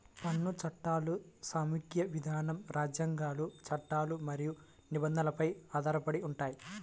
పన్ను చట్టాలు సమాఖ్య విధానం, రాజ్యాంగాలు, చట్టాలు మరియు నిబంధనలపై ఆధారపడి ఉంటాయి